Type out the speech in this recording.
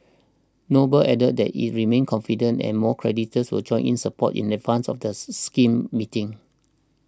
noble added that it remains confident and more creditors will join in support in advance of the scheme meetings